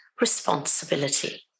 responsibility